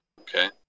Okay